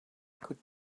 could